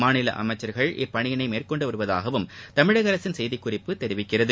மாநில அமைச்சர்கள் இப்பணியினை மேற்கொண்டு வருவதாகவும் தமிழக அரசின் செய்திக் குறிப்பு தெரிவிக்கிறது